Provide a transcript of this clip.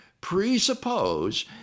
presuppose